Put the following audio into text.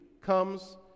comes